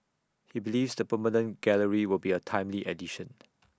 he believes the permanent gallery will be A timely addition